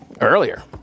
earlier